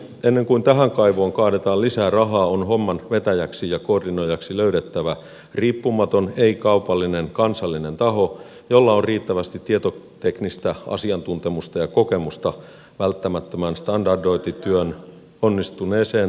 ennen kuin tähän kaivoon kaadetaan lisää rahaa on homman vetäjäksi ja koordinoijaksi löydettävä riippumaton ei kaupallinen kansallinen taho jolla on riittävästi tietoteknistä asiantuntemusta ja kokemusta välttämättömän standardointityön onnistuneeseen läpivientiin